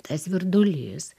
tas virdulys